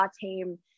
team